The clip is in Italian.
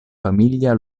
famiglia